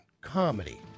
comedy